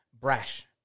brash